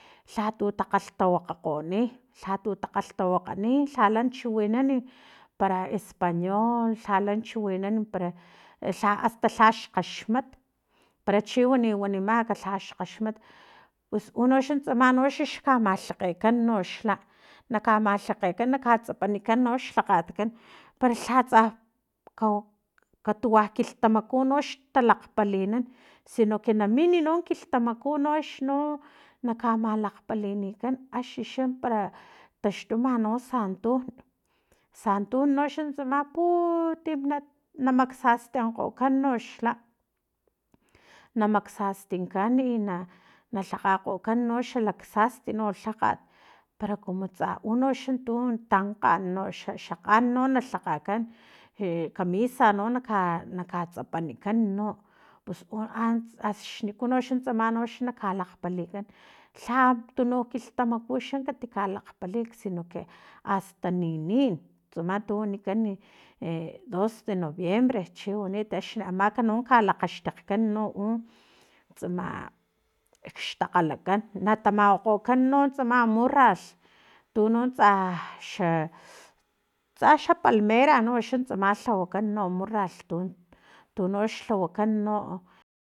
Lhatu takgalhtawakgoni lhatu takgalhtawakgoni lhala chiwinan para español lhala chiwinan para lha asta lhax kgaxmat para chi wani wanimak lhaxkgaxmat us unoxa tsama mano xka malhakgekan noxla na kamalhakgekan na ka tsapanikan xlhakgatkan pero lha tsa kawau katuwa kilhtamaku nox talakgpalinan sino que namini no lilhtamaku axno na kamalakgpalinikan axixa para taxtuma no santunsantun noxa tsama putim nata makgsastinankgokan noxla na maksastinkan i na lhakgakgonkan xa sasti lhakgat para komo tsa unoxla tu tankgan no xa xa kgan no na lhakgakan no kamisa no naka naka tsapanikan no pus uno antsa axniku noxa na kalakgpalikan lha tunu kilhtamaku xa kati kalakgpalik sini que asta ninin tsama tu wanikan e dos de noviembre chi wanit ax amak no lakgaxtakgkan no u tsama kxtakgalakan na tamawakgokgan no tsama murralh tuno tsa xa tsa xa palmera noxa tlawakan no murralh tu tunox lhawakan no